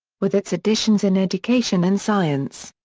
with its additions in education and science,